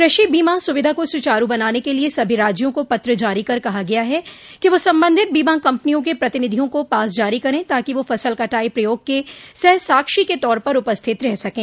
कृषि बीमा सुविधा को सुचारू बनाने के लिए सभी राज्यों को पत्र जारी कर कहा गया है कि वह संबंधित बीमा कंपनियों के प्रतिनिधियों को पास जारी करें ताकि वह फसल कटाई प्रयोग के सहसाक्षी के तौर पर उपस्थित रह सकें